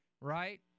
right